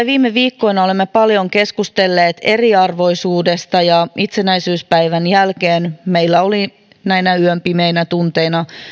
viime viikkoina olemme paljon keskustelleet eriarvoisuudesta ja itsenäisyyspäivän jälkeen meillä oli näinä yön pimeinä tunteina